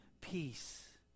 peace